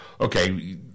okay